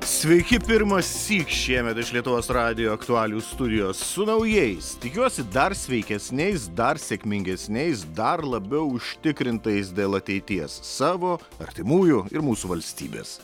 sveiki pirmąsyk šiemet iš lietuvos radijo aktualijų studijos su naujais tikiuosi dar sveikesniais dar sėkmingesniais dar labiau užtikrintais dėl ateities savo artimųjų ir mūsų valstybės